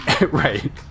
Right